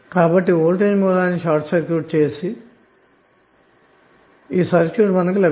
కాబట్టివోల్టేజ్ source ని short circuit చేయగా లభించిన ఈ సర్క్యూట్ ని గమనించండి